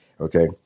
Okay